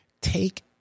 Take